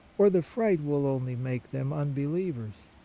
or the fright will only make them unbelievers.